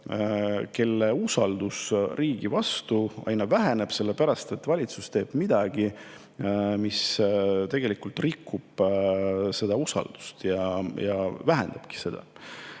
kelle usaldus riigi vastu aina väheneb, sest valitsus teeb midagi, mis tegelikult rikub seda usaldust, ja nii see